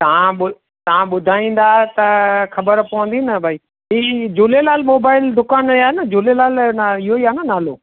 तव्हां ॿु ॿुधाईंदा त ख़बर पवंदी न भई हीअ झूलेलाल मोबाइल दुकान आहे न झूलेलाल जो न ईहेई आहे न नालो